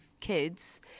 kids